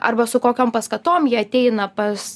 arba su kokiom paskatom jie ateina pas